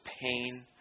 pain